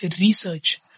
Research